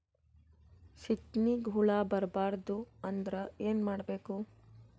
ಸೀತ್ನಿಗೆ ಹುಳ ಬರ್ಬಾರ್ದು ಅಂದ್ರ ಏನ್ ಮಾಡಬೇಕು?